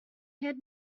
had